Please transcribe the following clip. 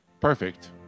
perfect